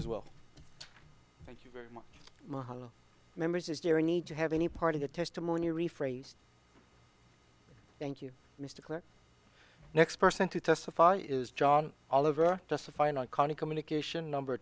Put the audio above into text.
as well thank you very much more members is there a need to have any part of the testimony rephrased thank you mister next person to testify is john oliver justify an iconic communication number